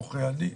עורכי הדין,